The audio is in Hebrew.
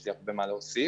לי הרבה מה להוסיף.